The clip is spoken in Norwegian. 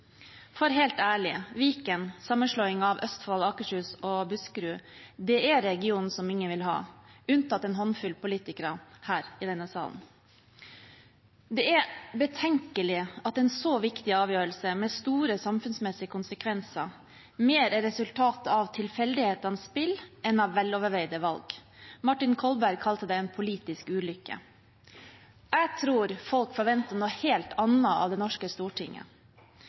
For helt ærlig: Viken – sammenslåingen av Østfold, Akershus og Buskerud – er regionen som ingen vil ha, unntatt en håndfull politikere her i denne salen. Det er betenkelig at en så viktig avgjørelse – med store samfunnsmessige konsekvenser – mer er resultat av tilfeldighetenes spill enn av veloverveide valg. Martin Kolberg kalte det en politisk ulykke. Jeg tror folk forventer noe helt annet av det norske stortinget.